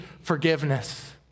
forgiveness